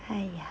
!aiya!